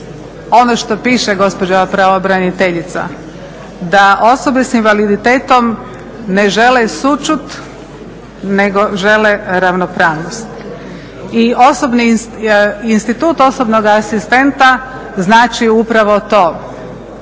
ono što piše gospođa pravobraniteljica, da osobe s invaliditetom ne žele sućut nego žele ravnopravnost. Institut osobnog asistenta znači upravo to,